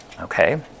Okay